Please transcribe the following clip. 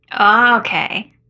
Okay